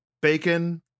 bacon